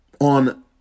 On